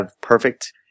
perfect